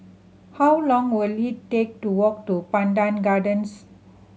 how long will it take to walk to Pandan Gardens